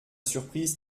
surprise